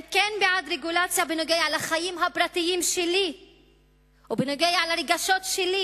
אתם כן בעד רגולציה בנוגע לחיים הפרטיים שלי ובנוגע לרגשות שלי,